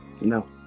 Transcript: No